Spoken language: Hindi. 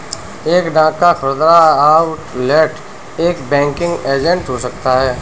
एक डाक या खुदरा आउटलेट एक बैंकिंग एजेंट हो सकता है